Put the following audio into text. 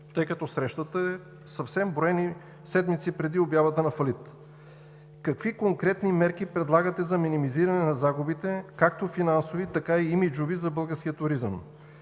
тъй като срещата е броени седмици преди обявата на фалит? Какви конкретни мерки предлагате за минимизиране на загубите както финансови, така и имиджови, за българския туризъм?